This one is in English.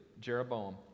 Jeroboam